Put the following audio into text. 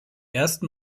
ersten